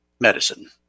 medicine